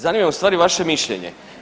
Zanima me u stvari vaše mišljenje.